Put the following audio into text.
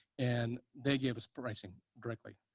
and they gave us pricing directly.